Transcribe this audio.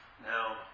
Now